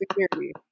security